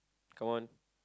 come on